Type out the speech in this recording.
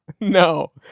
No